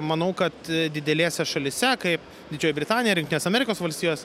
manau kad didelėse šalyse kaip didžioji britanija ar jungtinės amerikos valstijos